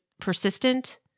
persistent